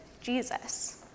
Jesus